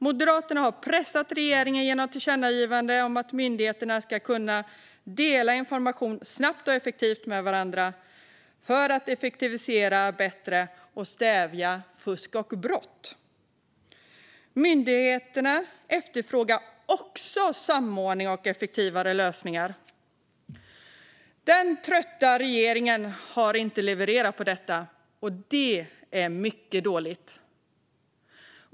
Moderaterna har pressat regeringen genom tillkännagivanden om att myndigheterna snabbt och effektivt ska kunna dela information med varandra för att effektivisera bättre och stävja fusk och brott. Också myndigheterna efterfrågar samordning och effektivare lösningar. Den trötta regeringen har inte levererat detta. Det är mycket dåligt.